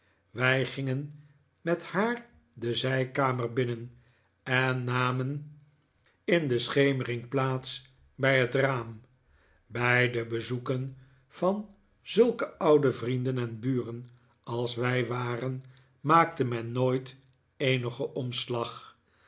wij gingen met haar de zijkamer binnen en namen in de schemering plaats bij het raam bij de bezoeken van zulke oude vrienden en buren als wij waxen maakte men nooit eenigen omslag